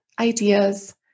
ideas